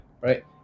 Right